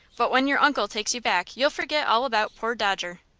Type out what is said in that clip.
but when your uncle takes you back you'll forget all about poor dodger.